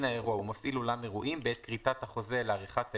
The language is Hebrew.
האירוע ומפעיל אולם אירועים בעת כריתת החוזה לעריכת האירוע".